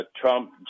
Trump